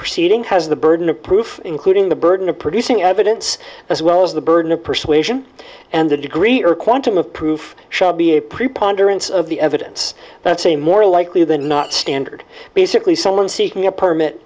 proceeding has the burden of proof including the burden of producing evidence as well as the burden of persuasion and the degree or quantum of proof shall be a preponderance of the evidence that's a more likely than not standard basically someone seeking a permit